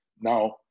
Now